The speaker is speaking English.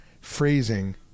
phrasing